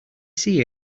see